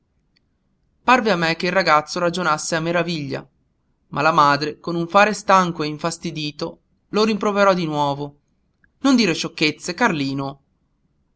parve a me che il ragazzo ragionasse a meraviglia ma la madre con un fare stanco e infastidito lo rimproverò di nuovo non dire sciocchezze carlino